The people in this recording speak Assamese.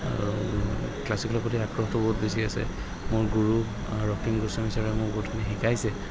আৰু ক্লাছিকেলৰ প্ৰতি আগ্ৰহটো বহুত বেছি আছে মোৰ গুৰু ৰক্তিম গোস্ৱামী ছাৰে মোক বহুতখিনি শিকাইছে